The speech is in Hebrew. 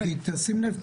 כי תשים לב,